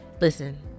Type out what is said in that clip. listen